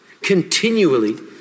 continually